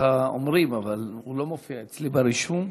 ככה אומרים, אבל הוא לא מופיע אצלי ברישום.